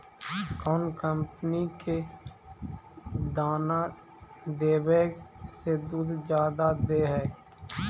कौन कंपनी के दाना देबए से दुध जादा दे है?